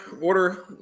order